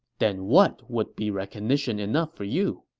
then what would be recognition enough for you?